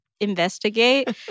investigate